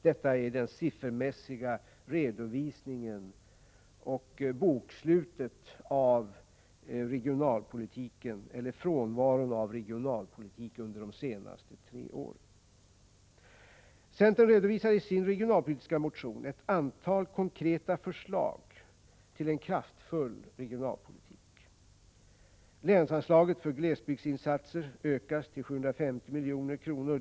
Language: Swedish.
Detta är den siffermässiga redovisningen och bokslutet till följd av frånvaron av regionalpolitik under de senaste tre åren. Centern redovisar i sin regionalpolitiska motion ett antal konkreta förslag till en kraftfull regionalpolitik: — Länsanslaget för glesbygdsinsatser ökas till 750 milj.kr.